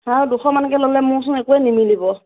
হাও দুশ মানকৈ ল'লে মোৰচোন একোৱে নিমিলিব